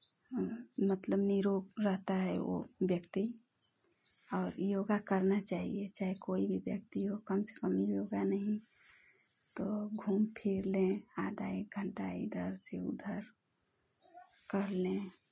मतलब निरोग रहता है वो व्यक्ति और योगा करना चाहिए चाहे कोई भी व्यक्ति हो कम से कम योगा नहीं तो घूम फिर लें आधा एक घंटा इधर से उधर कर लें